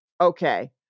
Okay